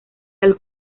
del